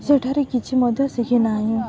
ସେଠାରେ କିଛି ମଧ୍ୟ ଶିଖିନାହିଁ